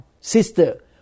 sister